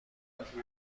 زندگیتان